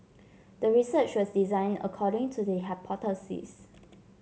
the research was designed according to the hypothesis